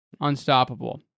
unstoppable